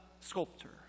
sculptor